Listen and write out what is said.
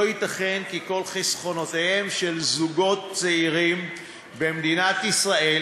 לא ייתכן שכל חסכונותיהם של זוגות צעירים במדינת ישראל